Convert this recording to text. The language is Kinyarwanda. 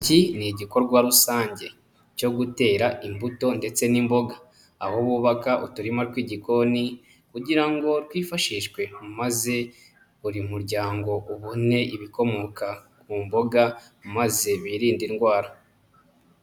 Iki ni igikorwa rusange cyo gutera imbuto ndetse n'imboga, aho bubaka uturima tw'igikoni kugira ngo twifashishwe maze buri muryango ubone ibikomoka ku mboga, maze birinde indwara.